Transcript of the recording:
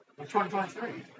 2023